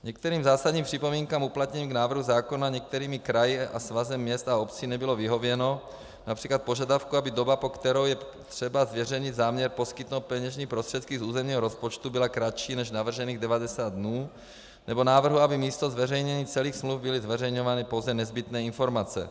Některým zásadním připomínkám uplatněným k návrhu zákona některými kraji a Svazem měst a obcí nebylo vyhověno, například požadavku, aby doba, po kterou je třeba zveřejněný záměr poskytnout peněžní prostředky z územního rozpočtu byla kratší než navržených 90 dnů, nebo návrhu, aby místo zveřejnění celých smluv byly zveřejňovány pouze nezbytné informace.